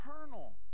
eternal